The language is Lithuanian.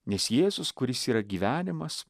nes jėzus kuris yra gyvenimas